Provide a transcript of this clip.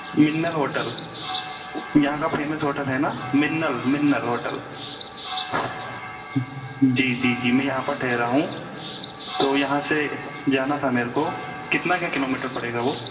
Minnal hotel यहाँ का famous hotel है ना मिन्नल मिन्नल होटल जी जी जी मैं यहाँ पर ठहरा हूँ तो यहाँ से जाना था मेरको कितना क्या किलोमीटर पड़ेगा वो